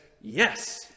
Yes